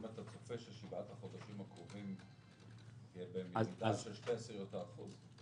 האם אתה צופה שבשבעת החודשים הקרובים תהיה ירידה של שתי עשיריות האחוז?